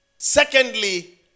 Secondly